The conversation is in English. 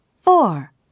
Four